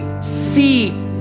see